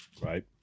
Right